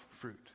fruit